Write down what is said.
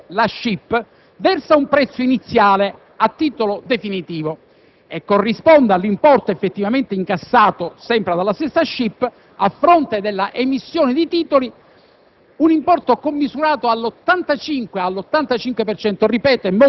dagli enti previdenziali alla SCIP, la società di cartolarizzazione versi un prezzo iniziale a titolo definitivo, e corrisponda all'importo effettivamente incassato, sempre dalla stessa SCIP, a fronte della emissione di titoli,